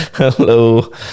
hello